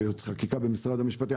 יש את ייעוץ וחקיקה במשרד המשפטים.